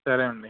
సరే అండి